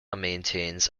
maintains